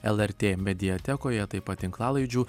lrt mediatekoje taip pat tinklalaidžių